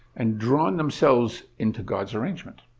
and drawn themselves into god's arrangement.